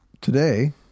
today